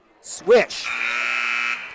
Swish